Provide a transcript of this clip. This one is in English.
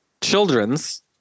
children's